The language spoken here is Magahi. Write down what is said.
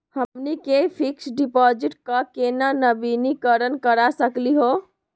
हमनी के फिक्स डिपॉजिट क केना नवीनीकरण करा सकली हो?